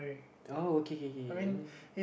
oh okay okay okay I mean